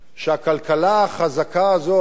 שהכלכלה החזקה הזאת